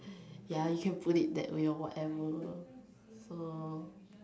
ya you can put it that way or whatever so